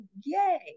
yay